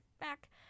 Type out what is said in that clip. back